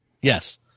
yes